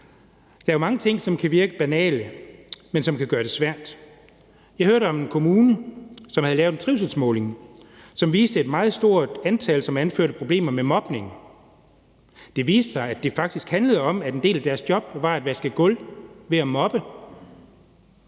Der er mange ting, der kan virke banale, men som kan gøre det svært. Jeg hørte om en kommune, som havde lavet en trivselsmåling, som viste et meget stort antal, som anførte problemer med mobning. Det viste sig, at det faktisk handlede om, at en del af deres job var at vaske gulv ved at moppe.